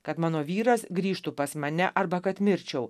kad mano vyras grįžtų pas mane arba kad mirčiau